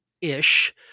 ish